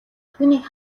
түүнийг